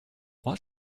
what